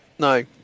No